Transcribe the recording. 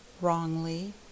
Wrongly